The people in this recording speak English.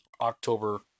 October